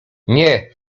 nie